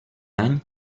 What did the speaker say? any